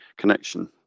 connection